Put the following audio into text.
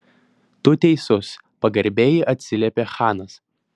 tu teisus pagarbiai atsiliepė chanas